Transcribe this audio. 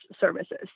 services